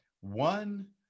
one